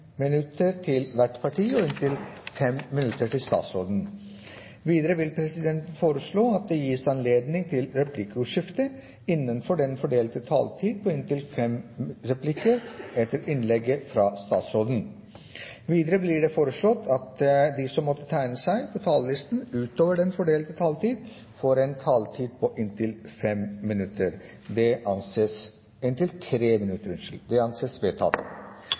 minutter til hvert parti og inntil 5 minutter til statsråden. Videre vil presidenten foreslå at det gis anledning til replikkordskifte på inntil fem replikker med svar etter innlegget fra statsråden innenfor den fordelte taletid. Videre blir det foreslått at de som måtte tegne seg på talerlisten utover den fordelte taletid, får en taletid på inntil 3 minutter. – Det anses vedtatt.